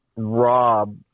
Rob